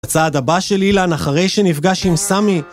הצעד הבא של אילן אחרי שנפגש עם סמי